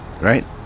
right